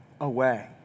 away